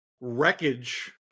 wreckage